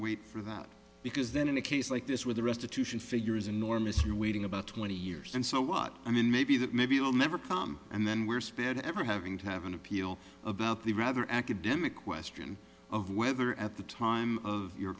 wait for that because then in a case like this where the restitution figure is enormous you're waiting about twenty years and so what i mean maybe that maybe i'll never come and then we're spared ever having to have an appeal about the rather academic question of whether at the time of your